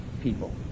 people